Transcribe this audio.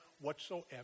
whatsoever